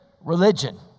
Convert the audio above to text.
religion